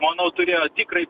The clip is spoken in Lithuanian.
manau turėjo tikrai